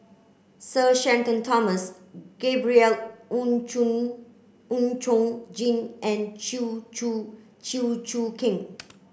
Sir Shenton Thomas Gabriel Oon Chong Oon Chong Jin and Chew Choo Chew Choo Keng